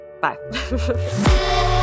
bye